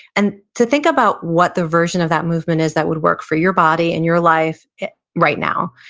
and to think about what the version of that movement is that would work for your body and your life right now.